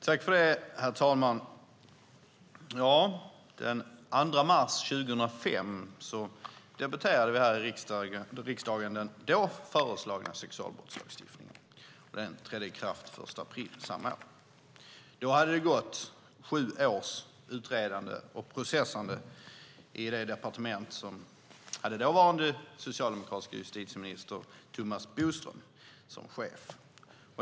Herr talman! Den 2 mars 2005 debatterade vi här i riksdagen den då föreslagna sexualbrottslagstiftningen som trädde i kraft den 1 april samma år. Då hade det gått sju år av utredande och processande i det departement som hade dåvarande socialdemokratiska justitieministern Thomas Bodström som chef.